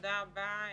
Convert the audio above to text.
תודה רבה,